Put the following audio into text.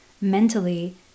mentally